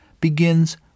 begins